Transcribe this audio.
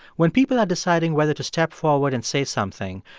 when people are deciding whether to step forward and say something,